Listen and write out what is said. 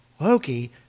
Loki